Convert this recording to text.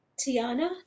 Tiana